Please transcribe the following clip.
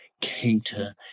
Cater